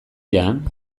jan